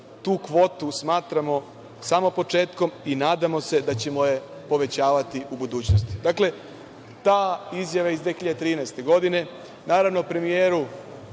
Tu kvotu smatramo samo početkom i nadamo se da ćemo je povećavati u budućnosti.“Ta izjava iz 2013. godine, naravno, premijeru